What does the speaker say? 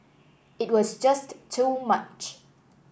it was just too much